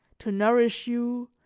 to nourish you,